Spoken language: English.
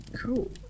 cool